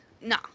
No